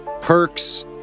perks